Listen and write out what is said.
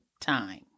time